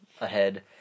ahead